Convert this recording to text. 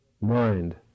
mind